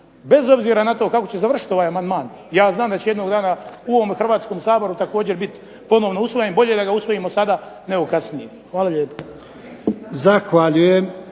Bez obzira na to kako će završit ovaj amandman ja znam da će jednog dana u ovom Hrvatskom saboru također biti ponovo usvojen. Bolje da ga usvojimo sada nego kasnije. Hvala lijepo.